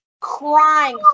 crying